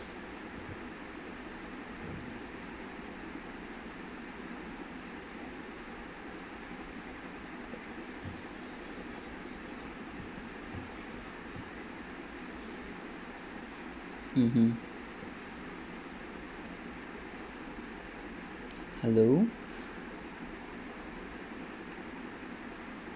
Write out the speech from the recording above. mmhmm hello